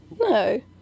No